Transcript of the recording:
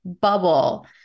bubble